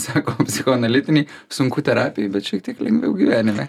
sako psichoanalitinėj sunku terapijoj bet šiek tiek lengviau gyvenime